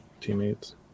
teammates